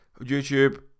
YouTube